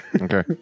Okay